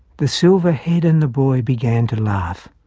the silver-head and the boy began to laugh,